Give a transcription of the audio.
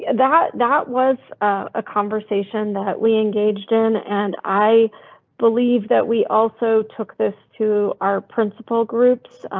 and that that was a conversation that we engaged in and i believe that we also took this to our principle groups,